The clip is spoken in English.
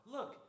Look